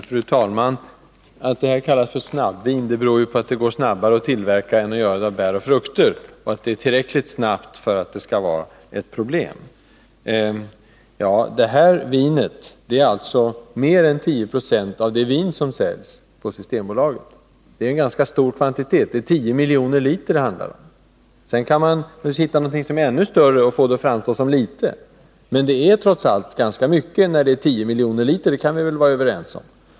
Fru talman! Att man talar om snabbvinsatser beror på att det går snabbare att av dem tillverka vin än vad som är förhållandet med bär och frukter. Det gårt.o.m. så snabbt att problem har uppstått. Mängden av snabbvin är mer är 10 90 av det vin som säljs av Systembolaget, och det är en ganska stor kvantitet. Det handlar om 10 miljoner liter. Man kan naturligtvis visa på något som är ännu större, för att få denna kvantitet att framstå som liten, men att 10 miljoner liter trots allt är ganska mycket kan vi väl vara överens om.